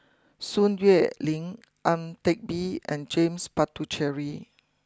Sun Xueling Ang Teck Bee and James Puthucheary